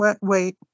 Wait